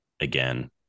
again